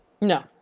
No